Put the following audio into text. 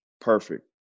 perfect